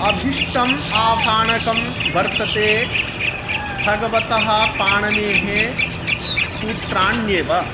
अभीष्टम् आभाणकं वर्तते भगवतः पाणिनेः सूत्राण्येव